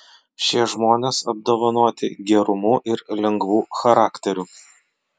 šie žmonės apdovanoti gerumu ir lengvu charakteriu